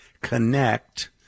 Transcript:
connect